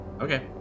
okay